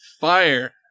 fire